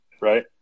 right